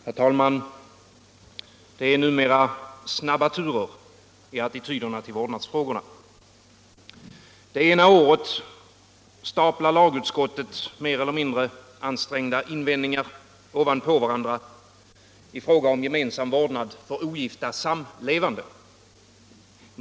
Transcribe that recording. Herr talman! Det är numera snabba turer i attityderna till vårdnadsfrågorna. Ena året staplar lagutskottet mer eller mindre ansträngda invändningar ovanpå varandra i fråga om gemensam vårdnad för ogifta samlevande.